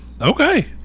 okay